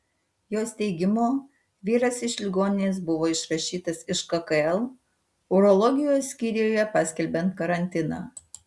jos teigimu vyras iš ligoninės buvo išrašytas prieš kkl urologijos skyriuje paskelbiant karantiną